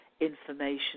information